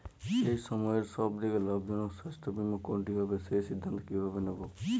এই সময়ের সব থেকে লাভজনক স্বাস্থ্য বীমা কোনটি হবে সেই সিদ্ধান্ত কীভাবে নেব?